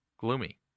gloomy